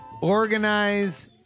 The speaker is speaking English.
organize